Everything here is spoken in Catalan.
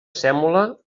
sèmola